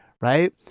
right